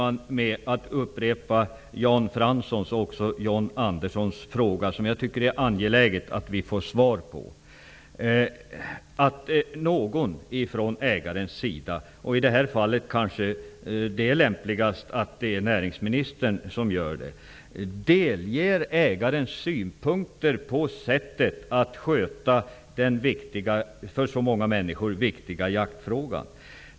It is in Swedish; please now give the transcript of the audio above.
Jag vill sluta med att upprepa Jan Franssons och John Anderssons angelägna fråga, som det är viktigt att vi får svar på. Kan inte någon från ägarsidan -- i detta fall kanske lämpligen näringsministern -- framföra ägarens synpunkter på sättet att sköta jaktfrågan, som är viktig för så många människor?